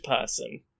person